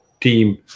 team